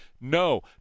No